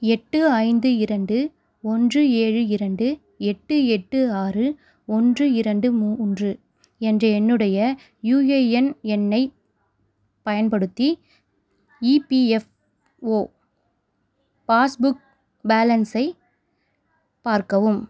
எட்டு ஐந்து இரண்டு ஒன்று ஏழு இரண்டு எட்டு எட்டு ஆறு ஒன்று இரண்டு மூன்று என்ற என்னுடைய யுஏஎன் எண்ணை பயன்படுத்தி இபிஎஃப்ஓ பாஸ்புக் பேலன்ஸை பார்க்கவும்